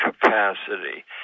capacity